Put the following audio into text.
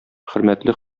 хөрмәтле